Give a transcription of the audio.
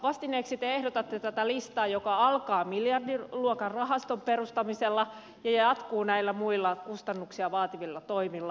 vastineeksi te ehdotatte tätä listaa joka alkaa miljardiluokan rahaston perustamisella ja jatkuu näillä muilla kustannuksia vaativilla toimilla